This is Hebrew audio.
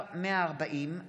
הממשלה: